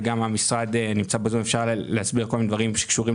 גם המשרד נמצא ב-זום ואפשר להסביר דברים שקשורים